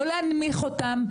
לא להנמיך אותן,